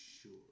sure